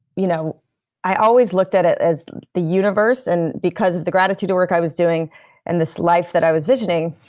you know i always looked at it as the universe and because of the gratitude work i was doing and this life that i was envisioning,